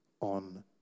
on